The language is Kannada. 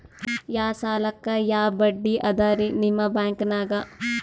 ಯಾ ಸಾಲಕ್ಕ ಯಾ ಬಡ್ಡಿ ಅದರಿ ನಿಮ್ಮ ಬ್ಯಾಂಕನಾಗ?